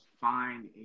find